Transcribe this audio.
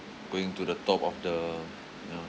going to the top of the you know